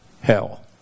hell